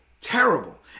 terrible